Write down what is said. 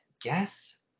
guess